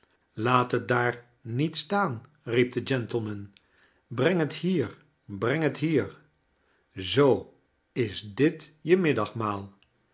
laat t daar niet staan riep de gentleman breng het hier breng het hier zoo is dit je middagmaal